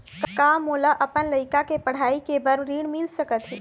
का मोला अपन लइका के पढ़ई के बर ऋण मिल सकत हे?